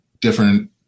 different